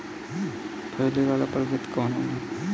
फैले वाला प्रभेद कौन होला?